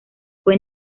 fue